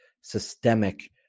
systemic